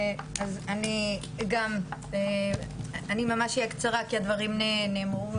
אני ממש אהיה קצרה כי הדברים נאמרו